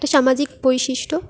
একটা সামাজিক বৈশিষ্ট্য